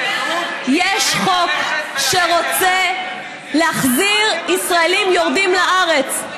יש חוק שרוצה להחזיר ישראלים יורדים לארץ.